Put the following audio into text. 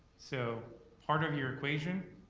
so part of your equation,